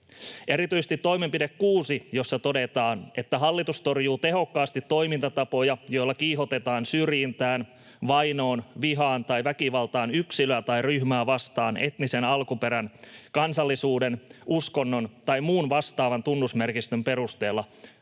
Erityisesti toimenpide 6, jossa todetaan, että ”hallitus torjuu tehokkaasti toimintatapoja, joilla kiihotetaan syrjintään, vainoon, vihaan tai väkivaltaan yksilöä tai ryhmää vastaan etnisen alkuperän, kansallisuuden, uskonnon tai muun vastaavan tunnusmerkistön perusteella”, vaatii